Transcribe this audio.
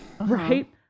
right